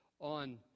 on